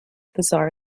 bizarre